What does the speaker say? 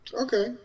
Okay